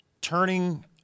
Turning